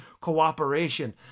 cooperation